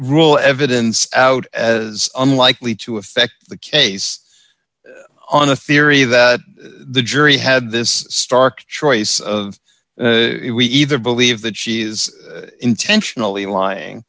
rule evidence out as unlikely to affect the case on the theory that the jury had this stark choice of it we either believe that she is intentionally lying